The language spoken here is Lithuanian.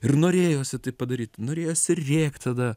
ir norėjosi tai padaryt norėjęsosi rėkt tada